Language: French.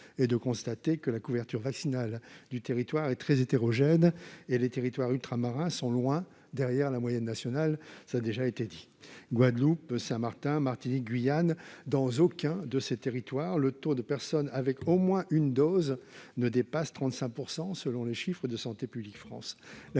est de constater que la couverture vaccinale du territoire est très hétérogène, les territoires ultramarins étant loin derrière la moyenne nationale. Guadeloupe, Saint-Martin, Martinique, Guyane : dans aucun de ces territoires, le taux de personnes avec au moins une dose ne dépasse 35 %, selon les chiffres de Santé publique France.